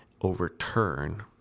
overturn